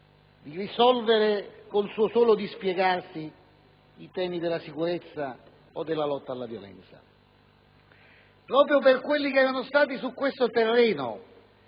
di risolvere con il suo solo dispiegarsi i temi della sicurezza o della lotta alla violenza. Proprio per quelli che erano stati su questo terreno